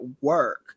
work